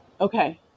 Okay